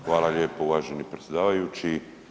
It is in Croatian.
Hvala lijepo uvaženi predsjedavajući.